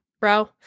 bro